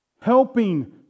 Helping